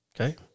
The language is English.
Okay